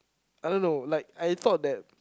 I don't know like I thought that